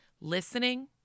listening